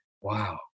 Wow